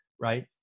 right